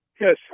Yes